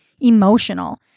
emotional